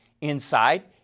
Inside